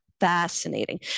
fascinating